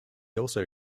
also